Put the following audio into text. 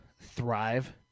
thrive